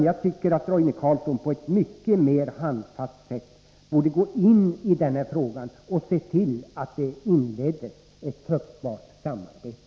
Jag tycker att Roine Carlsson på ett mycket mera handfast sätt borde gå in i den här frågan och se till att det inleds ett fruktbart samarbete.